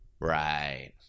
Right